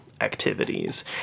activities